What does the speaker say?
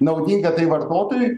naudinga tai vartotojui